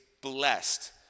blessed